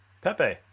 Pepe